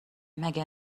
مگه